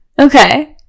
Okay